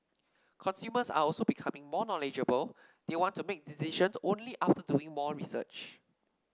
consumers are also becoming more knowledgeable they want to make decisions only after doing more research